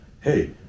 hey